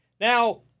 Now